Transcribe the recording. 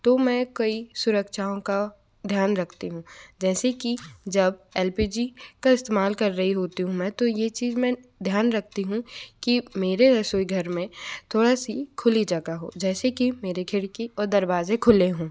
तो मैं कई सुरक्षाओं का ध्यान रखती हूँ जैसे कि जब एल पी जी का इस्तेमाल कर रही होती हूँ मैं तो ये चीज मैं ध्यान रखती हूँ कि मेरे रसोई घर में थोड़ा सी खुली जगह हो जैसे कि मेरे खिड़की और दरवाजे खुले हों